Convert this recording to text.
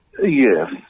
Yes